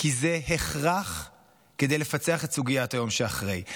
כי זה הכרח כדי לפצח את סוגיית היום שאחרי.